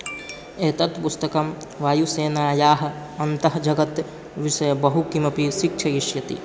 एतत् पुस्तकं वायुसेनायाः अन्तः जगत् विषये बहु किमपि शिक्षयिष्यति